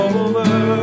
over